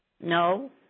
No